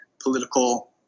political